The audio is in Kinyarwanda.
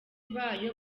bayo